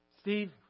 Steve